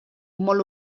molt